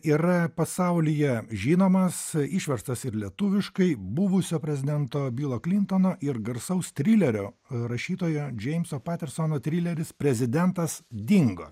yra pasaulyje žinomas išverstas ir lietuviškai buvusio prezidento bilo klintono ir garsaus trilerio rašytojo džeimso patersono trileris prezidentas dingo